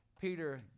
Peter